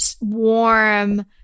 warm